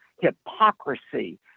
hypocrisy